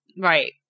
Right